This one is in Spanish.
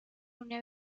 una